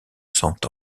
cent